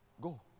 go